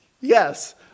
Yes